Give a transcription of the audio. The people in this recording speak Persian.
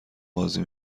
بازی